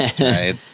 right